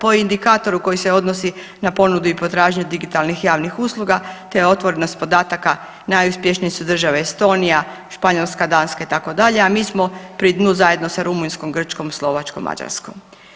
Po indikatoru koji se odnosi na ponudu i potražnju digitalnih javnih usluga te otvorenost podataka najuspješnije su države Estonija, Španjolska, Danska itd., a mi smo pri dnu zajedno sa Rumunjskom, Grčkom, Slovačkom Mađarskom.